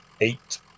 eight